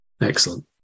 excellent